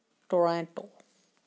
Toronto